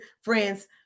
friends